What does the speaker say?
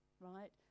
right